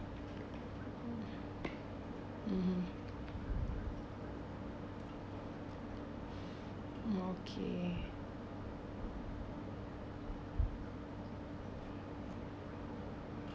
(uh huh) okay